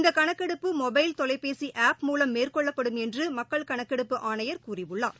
இந்த கணக்கெடுப்பு மொபைல் தொலைபேசி ஆப் மூலம் மேற்கொள்ளப்படும் என்று மக்கள் கணக்கெடுப்பு ஆணையர் கூறியுள்ளார்